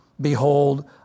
behold